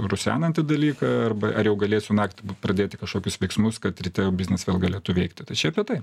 rusenantį dalyką arba ar jau galėsiu naktį pradėti kažkokius veiksmus kad ryte jau biznis vėl galėtų veikti tai čia apie tai